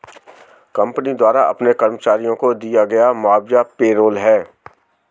company द्वारा अपने कर्मचारियों को दिया गया मुआवजा पेरोल है